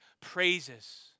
praises